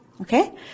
Okay